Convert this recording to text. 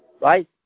right